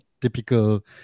Typical